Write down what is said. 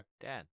Dan